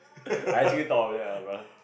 I actually thought of that lah bruh